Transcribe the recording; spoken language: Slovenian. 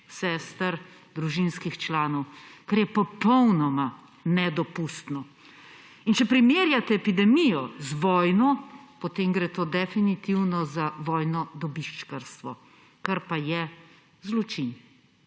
sester, družinskih članov, kar je popolnoma nedopustno. Če primerjate epidemijo z vojno, potem gre to definitivno za vojno dobičkarstvo, kar pa je zločin.